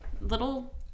little